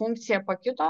funkcija pakito